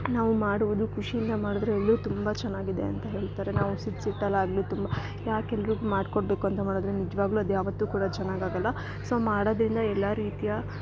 ನಾವು ಮಾಡುವುದು ಖುಷಿಯಿಂದ ಮಾಡಿದ್ರೆ ಎಲ್ಲ ತುಂಬ ಚೆನ್ನಾಗಿದೆ ಅಂತ ಹೇಳ್ತಾರೆ ನಾವು ಸಿಟ್ಟು ಸಿಟ್ಟಾಲಾಗ್ಲಿ ತುಂಬ ಯಾಕೆ ಎಲ್ಲರಿಗು ಮಾಡ್ಕೊಡಬೇಕು ಅಂತ ಮಾಡಿದರೆ ನಿಜವಾಗ್ಲು ಅದು ಯಾವತ್ತು ಕೂಡ ಚೆನ್ನಾಗಾಗೋಲ್ಲ ಸೋ ಮಾಡೋದ್ರಿಂದ ಎಲ್ಲ ರೀತಿಯ